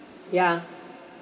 ya